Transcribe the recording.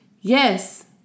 Yes